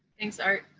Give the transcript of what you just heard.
thanks, art.